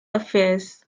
affairs